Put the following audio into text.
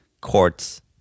courts